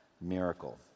miracle